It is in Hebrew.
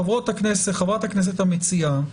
חברת הכנסת המציעה,